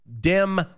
dim